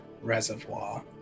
reservoir